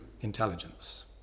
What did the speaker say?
intelligence